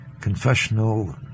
confessional